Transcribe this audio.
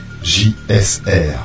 J-S-R